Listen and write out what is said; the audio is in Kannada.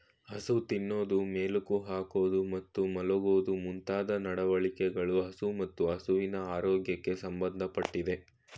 ಹಸು ತಿನ್ನೋದು ಮೆಲುಕು ಹಾಕೋದು ಮತ್ತು ಮಲ್ಗೋದು ಮುಂತಾದ ನಡವಳಿಕೆಗಳು ಹಸು ಮತ್ತು ಹಸುವಿನ ಆರೋಗ್ಯಕ್ಕೆ ಸಂಬಂಧ ಪಟ್ಟಯ್ತೆ